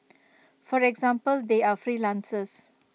for example they are freelancers